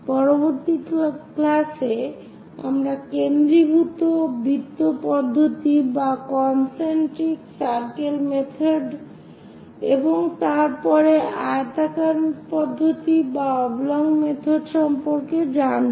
পরবর্তী ক্লাসে আমরা কেন্দ্রীভূত বৃত্ত পদ্ধতি এবং তার পরে আয়তাকার পদ্ধতি সম্পর্কে জানব